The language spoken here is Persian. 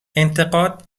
انتقاد